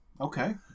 Okay